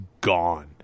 gone